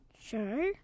Sure